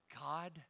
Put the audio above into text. God